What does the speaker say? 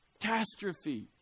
catastrophe